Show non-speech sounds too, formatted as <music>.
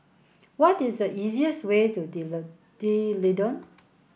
what is the easiest way to <unintelligible> D'Leedon